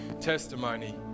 testimony